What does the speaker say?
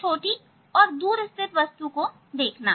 छोटी और दूर स्थित वस्तु को देखना